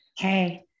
Okay